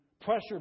pressure